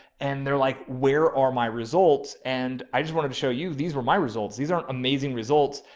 and they're like, where are my results? and i just wanted to show you, these were my results. these aren't amazing results.